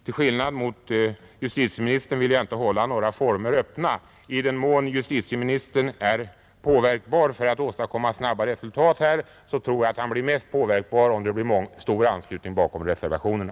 Till skillnad från justitieministern vill jag inte hålla några former öppna. I den mån justitieministern är påverkbar för att åstadkomma snabbare resultat "är, tror jag att han blir mest påverkad om det blir en stor anslutning bakom reservationerna.